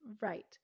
Right